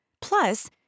Plus